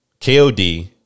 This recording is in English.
KOD